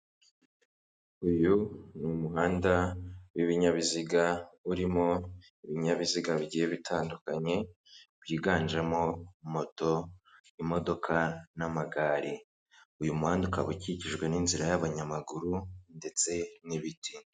Uyu ni umuhanda w'ibinyabiziga urimo ibinyabiziga bigiye bitandukanye byiganjemo moto imodoka n'amagare uyu muhanda ukaba ukikijwe n'inzira y'abanyamaguru ndetse n'ibiti.